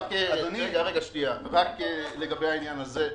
לגבי זה,